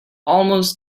almost